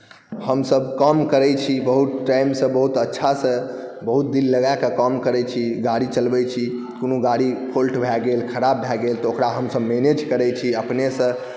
हमसभ काम करैत छी बहुत टाइमसँ बहुत अच्छासँ बहुत दिल लगाके काम करैत छी गाड़ी चलबैत छी कोनो गाड़ी फॉल्ट भए गेल खराब भए गेल तऽ ओकरा हमसभ मैनेज करैत छी अपनेसँ